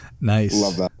Nice